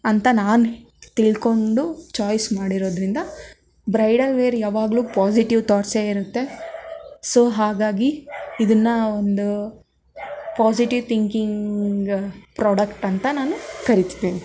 ಅಂತ ನಾನು ತಿಳ್ಕೊಂಡು ಚಾಯ್ಸ್ ಮಾಡಿರೋದ್ರಿಂದ ಬ್ರೈಡಲ್ ವೇರ್ ಯಾವಾಗಲೂ ಪಾಸಿಟಿವ್ ಥಾಟ್ಸೆ ಇರುತ್ತೆ ಸೊ ಹಾಗಾಗಿ ಇದನ್ನು ಒಂದು ಪಾಸಿಟಿವ್ ಥಿಂಕಿಂಗ್ ಪ್ರಾಡಕ್ಟ್ ಅಂತ ನಾನು ಕರಿತಿದ್ದೀನಿ